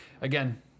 again